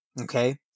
Okay